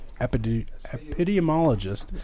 epidemiologist